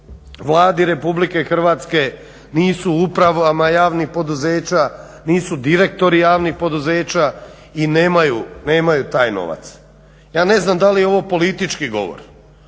Vladi Republike Hrvatske, nisu u upravama javnih poduzeća, nisu direktori javnih poduzeća i nemaju taj novac. Ja ne znam da li je ovo politički govor,